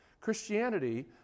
Christianity